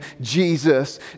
Jesus